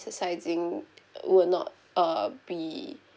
suiciding would not uh be